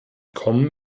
kommen